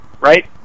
Right